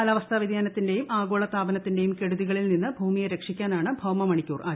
കാലാവസ്ഥാ വൃതിയാനത്തിന്റെയും ആഗോള താപനത്തിന്റെയും കെടുതികളിൽ നിന്ന് ഭൂമിയെ രക്ഷിക്കാനാണ് ഭൌമ മണിക്കൂർ ആചരണം